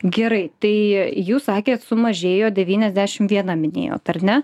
gerai tai jūs sakėt sumažėjo devyniasdešimt viena minėjot ar ne